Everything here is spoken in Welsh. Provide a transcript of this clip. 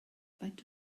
faint